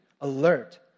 Alert